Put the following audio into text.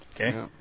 okay